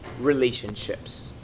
relationships